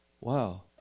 wow